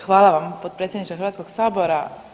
Hvala vam potpredsjedniče Hrvatskog sabora.